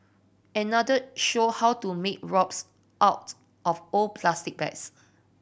another showed how to make ropes out of old plastic bags